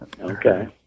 Okay